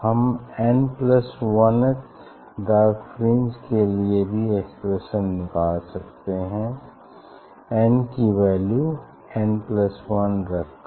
हम N plus one थ dark fringe के लिए भी एक्सप्रेशन निकाल सकते हैं एन की वैल्यू एन प्लस वन रख कर